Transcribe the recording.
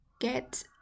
get